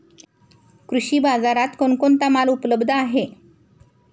कृषी बाजारात कोण कोणता माल उपलब्ध आहे?